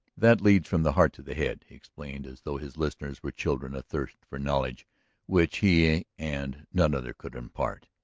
that leads from the heart to the head, he explained as though his listeners were children athirst for knowledge which he and none other could impart.